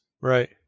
Right